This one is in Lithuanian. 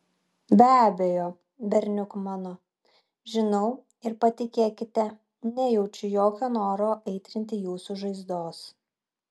be abejo berniuk mano žinau ir patikėkite nejaučiu jokio noro aitrinti jūsų žaizdos